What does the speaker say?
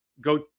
go